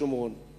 שומרון,